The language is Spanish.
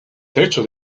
techo